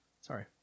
sorry